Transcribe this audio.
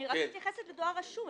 אני רק מתייחסת לדואר רשום.